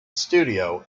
studio